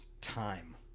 time